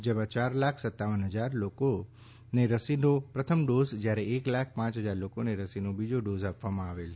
જેમાં ચાર લાખ સત્તાવન હજાર લોકો રસીનો પ્રથમ ડોઝ જ્યારે એક લાખ પાંચ ફજાર લોકોને રસીનો બીજો ડોઝ આપવામાં આવેલ છે